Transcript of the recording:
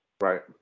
right